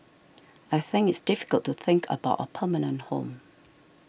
I think it's difficult to think about a permanent home